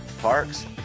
Parks